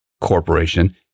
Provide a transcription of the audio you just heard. corporation